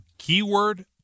Keyword